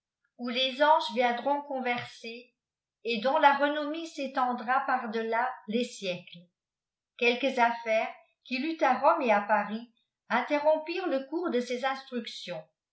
où i s anges viendront converser et dont la renom née s'étendra par de la les siècles quelques affaires qu'il eut à rome et h pariç interrompirent le cours de ses instnictions